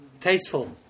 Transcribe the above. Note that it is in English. tasteful